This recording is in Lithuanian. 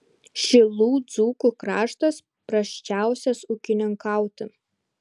šilų dzūkų kraštas prasčiausias ūkininkauti